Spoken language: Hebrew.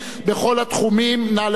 נא להצביע, מי בעד?